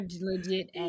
legit